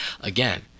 again